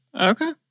Okay